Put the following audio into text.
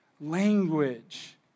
language